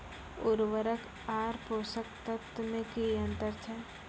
उर्वरक आर पोसक तत्व मे की अन्तर छै?